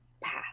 path